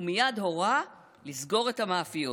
הוא מייד הורה לסגור את המאפיות.